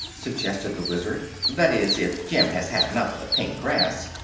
suggested the wizard. that is, if jim has had enough of the pink grass.